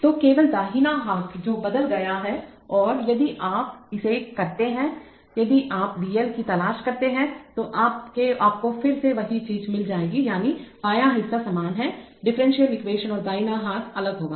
तो केवल दाहिना हाथ जो बदल गया है और यदि आप इसे करते हैं यदि आप V L की कोशिश करते हैं तो आपको फिर से वही चीज़ मिल जाएगी यानी बायां हिस्सा समान हैडिफरेंशियल एक्वेशन और दाहिना हाथ अलग होगा